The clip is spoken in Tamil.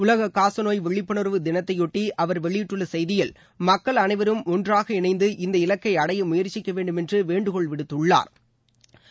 உலக காசநோய் விழிப்புணர்வு தினத்தையொட்டி அவர் வெளியிட்டுள்ள செய்தியில் மக்கள் அளைவரும் ஒன்றாக இணைந்து இந்த இலக்கை அடைய முயற்சிக்க வேண்டும் என்று வேண்டுகோல் விடுத்துள்ளா்